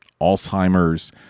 Alzheimer's